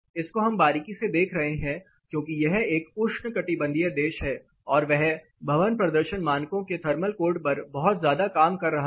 इसको हम बारीकी से देख रहे हैं क्योंकि यह एक उष्णकटिबंधीय देश है और वह भवन प्रदर्शन मानकों के थर्मल कोड पर बहुत ज्यादा काम कर रहा हैं